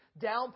down